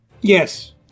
yes